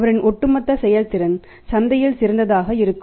அவரின் ஒட்டுமொத்த செயல்திறன் சந்தையில் சிறந்ததாக இருக்கும்